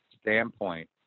standpoint